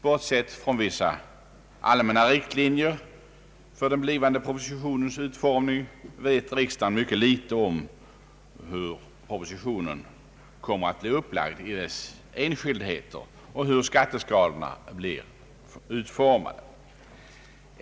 Bortsett från vissa allmänna riktlinjer för den blivande propositionens utformning vet riksdagen ytterst litet om hur propositionen kommer att bli upplagd i sina enskildheter och hur skatteskalorna blir utformade.